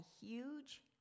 huge